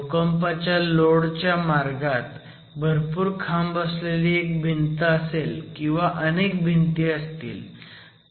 भूकंपाच्या लोड च्या मार्गात भरपूर खांब असलेली एक भिंत असेल किंवा अनेक भिंती असतील